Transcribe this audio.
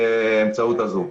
באמצעות הזום.